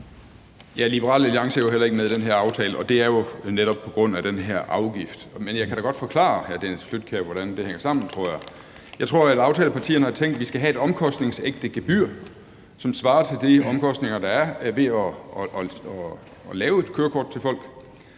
Liberal Alliance er heller ikke med i den her aftale, og det er jo netop på grund af den her afgift. Men jeg kan da godt forklare hr. Dennis Flydtkjær, hvordan det hænger sammen, tror jeg. Jeg tror, at aftalepartierne har tænkt: Vi skal have et omkostningsægte gebyr, som svarer til de omkostninger, der er ved at lave et kørekort til folk,